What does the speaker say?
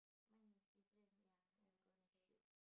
mine is different ya I'm gonna shoot